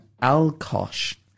Al-Kosh